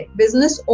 business